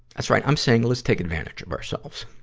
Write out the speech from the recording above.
that's right, i'm saying let's take advantage of ourselves.